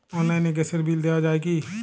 অনলাইনে গ্যাসের বিল দেওয়া যায় কি?